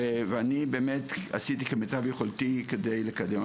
ובאמת עשיתי כמיטב יכולתי כדי לקדם.